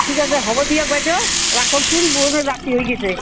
ঠিক আছে হ'ব দিয়ক বাইদেউ ৰাখকচোন বহুতো ৰাতি হৈ গৈছে